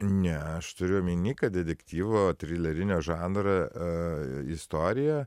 ne aš turiu omeny kad detektyvo trilerinio žanrą istorija